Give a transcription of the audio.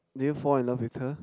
did you fall in love with her